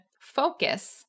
focus